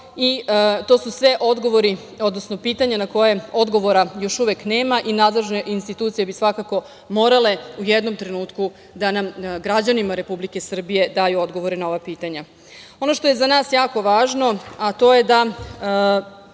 To su sve odgovori, odnosno pitanja na koje odgovora još uvek nema. Nadležne institucije bi svakako morale u jednom trenutku da nama građanima Republike Srbije daju odgovore na ova pitanja. Ono što je za nas jako važno, a to je da